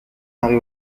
marie